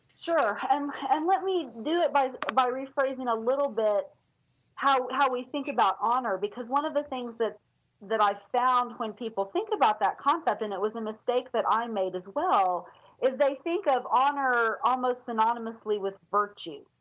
sure um and let me do it by ah by rephrasing a little bit how how we think about honor. because one of the things that that i found when people think about that concept and it was a mistake that i made as well, is they think of honor almost synonymously with virtue.